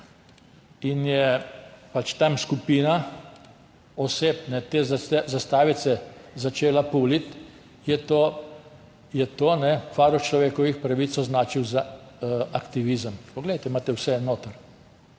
in je tam skupina oseb te zastavice začela puliti, je to Varuh človekovih pravic označil za aktivizem. Poglejte, imate vse notri.